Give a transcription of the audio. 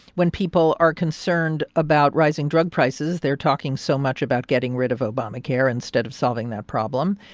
when people are concerned about rising drug prices, they're talking so much about getting rid of obamacare instead of solving that problem.